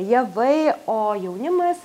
javai o jaunimas